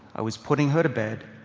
i was putting her to bed,